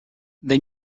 they